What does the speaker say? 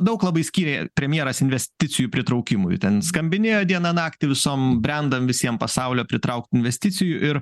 daug labai skyrė premjeras investicijų pritraukimui ten skambinėjo dieną naktį visom brendam visiem pasaulio pritraukt investicijų ir